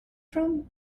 from